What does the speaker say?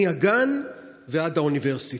מהגן ועד האוניברסיטה.